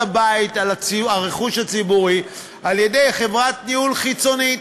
הרכוש הציבורי על-ידי חברת ניהול חיצונית.